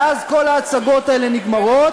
ואז כל ההצגות האלה נגמרות.